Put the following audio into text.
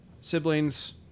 siblings